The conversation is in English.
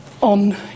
on